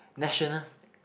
national